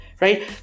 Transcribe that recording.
right